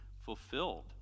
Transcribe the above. fulfilled